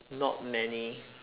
not many